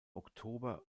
oktober